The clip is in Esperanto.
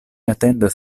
atendas